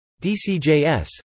DCJS